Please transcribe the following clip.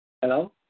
Hello